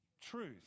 truth